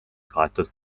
kaetud